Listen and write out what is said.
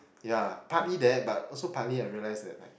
ya partly that but also partly I realise that like